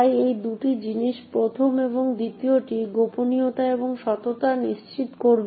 তাই এই দুটি জিনিস প্রথম এবং দ্বিতীয়টি গোপনীয়তা এবং সততা নিশ্চিত করবে